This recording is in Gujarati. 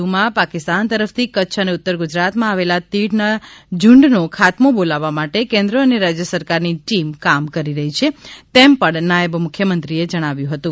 વધુમાં પાકિસ્તાન તરફથી કચ્છ અને ઉત્તર ગુજરાતમાં આવેલા તીડના ઝુંડનો ખાત્મો બોલાવવા માટે કેન્દ્ર અને રાજ્ય સરકારની ટીમ કામ કરી રહી છે તેમ પણ નાયબ મુખ્યમંત્રીએ જણાવવ્યું હતું